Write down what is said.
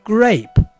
Grape